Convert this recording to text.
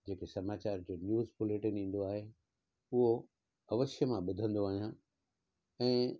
जेके समाचार जो न्यूज़ बुलेटिन ईंदो आहे उहो अवश्य मां ॿुधंदो आहियां ऐं